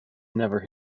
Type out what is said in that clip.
never